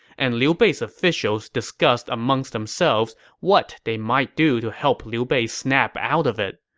and liu bei's officials discussed amongst themselves what they might do to help liu bei snap out of it.